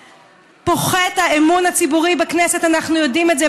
פוחת האמון הציבורי בכנסת, אנחנו יודעים את זה.